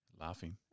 Laughing